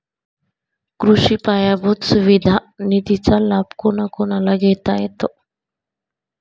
कृषी पायाभूत सुविधा निधीचा लाभ कोणाकोणाला घेता येतो?